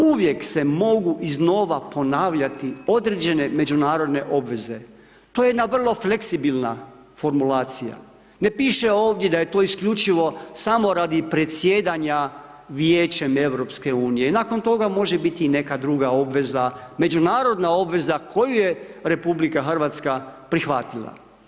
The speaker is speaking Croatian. Uvijek se mogu iznova ponavljati određene međunarodne obveze, to je jedna vrlo fleksibilna formulacija, ne piše ovdje da je to isključivo samo radi predsjedanja Vijećem EU i nakon toga može biti i neka druga obveza, međunarodna obveza koju je RH prihvatila.